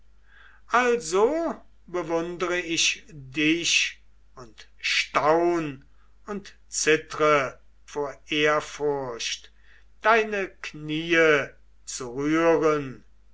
also bewundre ich dich und staun und zittre vor ehrfurcht deine knie zu rühren